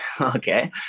okay